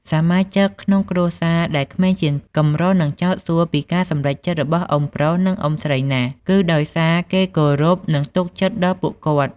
សមាជិកក្នុងគ្រួសារដែលក្មេងជាង កម្រនឹងចោទសួរពីការសម្រេចចិត្តរបស់អ៊ុំប្រុស និង អ៊ុំស្រីណាស់ គឺដោយសារគេគោរព និងទុកចិត្តដល់ពួកគាត់។